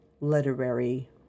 literary